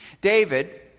David